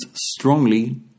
strongly